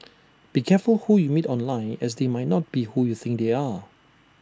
be careful who you meet online as they might not be who you think they are